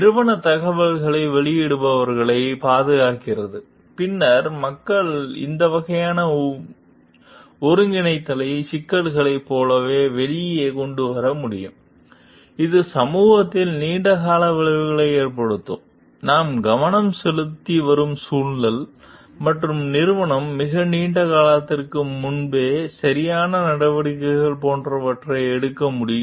நிறுவனம் தகவல்களை வெளியிடுபவர்களை பாதுகாக்கிறது பின்னர் மக்கள் இந்த வகையான ஒருங்கிணைந்த சிக்கல்களைப் போலவே வெளியே கொண்டு வர முடியும் இது சமூகத்தில் நீண்ட கால விளைவை ஏற்படுத்தக்கூடும் நாம் கவனம் செலுத்த வரும் சூழல் மற்றும் நிறுவனம் மிக நீண்ட காலத்திற்கு முன்பே சரியான நடவடிக்கைகள் போன்றவற்றை எடுக்க முடியும்